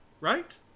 right